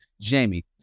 Jamie